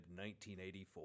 1984